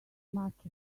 much